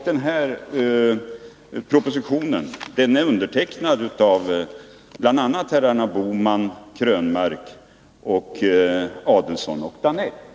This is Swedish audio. Den propositionen är undertecknad av bl.a. herrarna Bohman, Krönmark, Adelsohn och Danell.